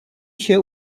się